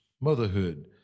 motherhood